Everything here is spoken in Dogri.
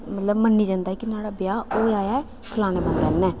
मतलब मन्नेआ जंदा ऐ कि नुहाड़ा ब्याह् होएआ ऐ फलाने बंदे कन्नै